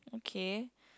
okay